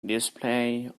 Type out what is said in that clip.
displayed